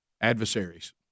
Adversaries